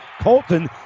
Colton